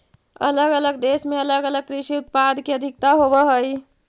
अलग अलग देश में अलग अलग कृषि उत्पाद के अधिकता होवऽ हई